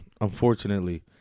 unfortunately